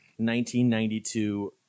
1992